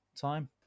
time